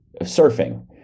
surfing